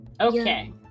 Okay